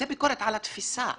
זו ביקורת על התפיסה.